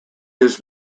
his